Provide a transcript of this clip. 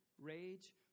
rage